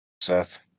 Seth